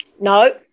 No